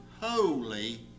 holy